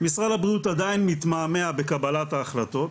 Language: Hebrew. משרד הבריאות עדיין מתמהמה בקבלת ההחלטות.